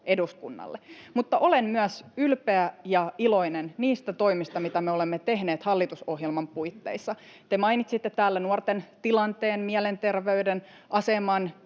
eduskunnalle. Mutta olen myös ylpeä ja iloinen niistä toimista, mitä me olemme tehneet hallitusohjelman puitteissa. Te mainitsitte täällä nuorten tilanteen, mielenterveyden aseman,